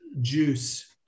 juice